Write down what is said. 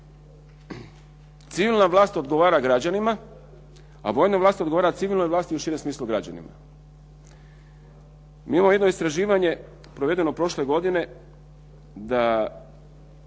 Civilna vlast odgovara građanima, a vojna vlast odgovara civilnoj vlasti, u širem smislu građanima. Mi imamo jedno istraživanje provedeno prošle godine da